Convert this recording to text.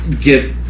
get